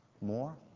more